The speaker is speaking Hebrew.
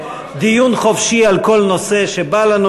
דיון חופשי על כל נושא שבא לנו,